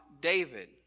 David